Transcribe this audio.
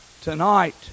Tonight